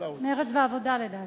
מרצ והעבודה לדעתי.